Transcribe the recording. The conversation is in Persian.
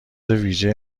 ویژه